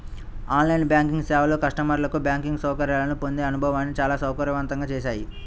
on line banking సేవలు కస్టమర్లకు banking సౌకర్యాలను పొందే అనుభవాన్ని చాలా సౌకర్యవంతంగా చేశాయి